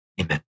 Amen